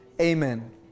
Amen